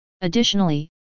Additionally